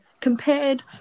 compared